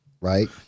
Right